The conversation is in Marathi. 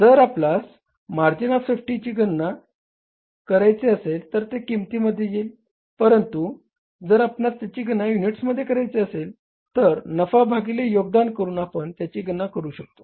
जर आपणास मार्जिन ऑफ सेफ्टीची गणना करायची असेल तर ते किंमतीमध्ये येईल परंतु जर आपणास त्याची गणना युनिट्समध्ये करायची असेल तर नफा भागिले योगदान करून आपण त्याची गणना करू शकतो